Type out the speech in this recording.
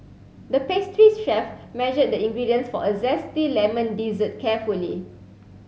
the pastry chef measured the ingredients for a zesty lemon dessert carefully